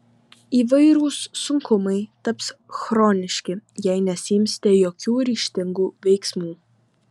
įvairūs sunkumai taps chroniški jei nesiimsite jokių ryžtingų veiksmų